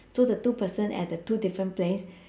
so the two person at the two different place